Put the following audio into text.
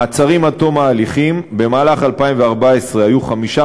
מעצרים עד תום ההליכים: במהלך 2014 היו חמישה